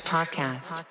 Podcast